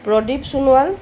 Pradip Sonowal